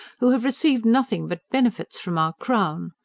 who have received nothing but benefits from our crown.